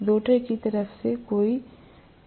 rotor की तरफ से कोई फलाव नहीं है